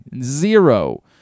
zero